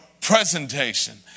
presentation